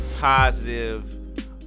positive